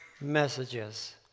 messages